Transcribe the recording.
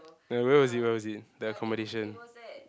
where was it where was it the accommodation